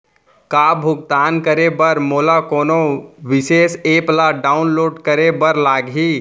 का भुगतान करे बर मोला कोनो विशेष एप ला डाऊनलोड करे बर लागही